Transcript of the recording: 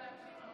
לא שומעים אותך.